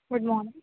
good morning